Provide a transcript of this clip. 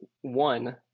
one